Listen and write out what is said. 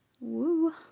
Woo